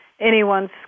anyone's